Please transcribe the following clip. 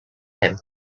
him